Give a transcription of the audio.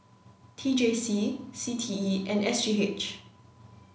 T J C C T E and S G H